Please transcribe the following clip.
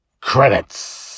Credits